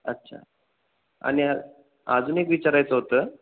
अच्छा आणि अजून एक विचारायचं होतं